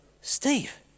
Steve